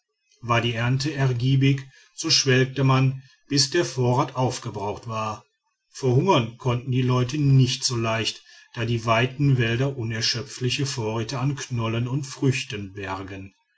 war die ernte ergiebig so schwelgte man bis der vorrat aufgebraucht war verhungern können die leute nicht so leicht da die weiten wälder unerschöpfliche vorräte an knollen und früchten bergen